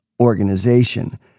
organization